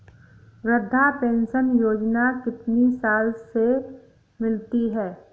वृद्धा पेंशन योजना कितनी साल से मिलती है?